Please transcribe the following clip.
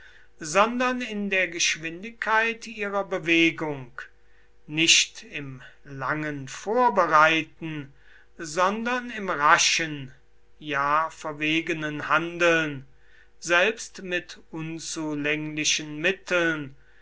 sondern in der geschwindigkeit ihrer bewegung nicht im langen vorbereiten sondern im raschen ja verwegenen handeln selbst mit unzulänglichen mitteln